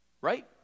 Right